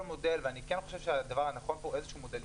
אני כן חושב שהדבר הנכון פה הוא איזשהו מודל היברידי.